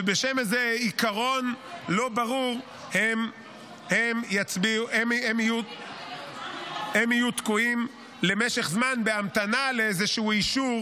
ובשם איזה עיקרון לא ברור הם יהיו תקועים למשך זמן בהמתנה לאיזשהו אישור